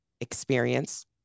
experience